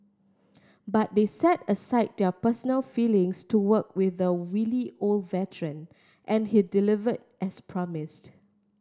but they set aside their personal feelings to work with the wily old veteran and he delivered as promised